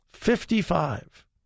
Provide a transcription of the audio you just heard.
Fifty-five